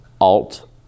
alt